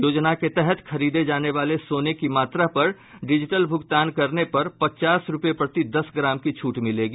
योजना के तहत खरीदे जाने वाले सोने की मात्रा पर डिजिटल भुगतान करने पर पचास रुपये प्रति दस ग्राम की छूट मिलेगी